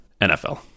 NFL